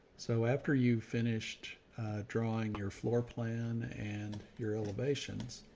so after you finished drawing your floor plan and your elevations,